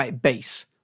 base